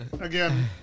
again